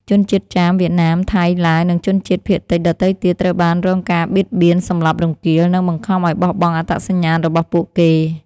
ជនជាតិចាម វៀតណាម ថៃ ឡាវ និងជនជាតិភាគតិចដទៃទៀត ត្រូវបានរងការបៀតបៀន សម្លាប់រង្គាល និងបង្ខំឱ្យបោះបង់អត្តសញ្ញាណរបស់ពួកគេ។